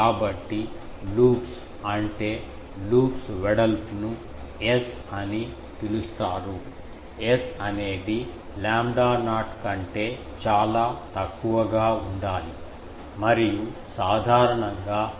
కాబట్టి లూప్స్ అంటే లూప్స్ వెడల్పును S అని పిలుస్తారు S అనేది లాంబ్డా నాట్ కంటే చాలా తక్కువగా ఉండాలి మరియు సాధారణంగా ఇది 0